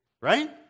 right